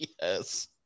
Yes